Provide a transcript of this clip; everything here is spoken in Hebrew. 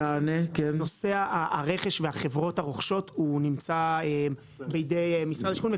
נושא הרכש והחברות הרוכשות נמצא בידי משרד השיכון.